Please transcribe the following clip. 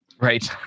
Right